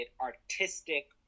artistic